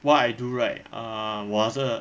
what I do right ah 我还是很